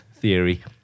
theory